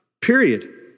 period